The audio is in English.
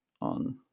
on